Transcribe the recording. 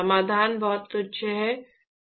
समाधान बहुत तुच्छ है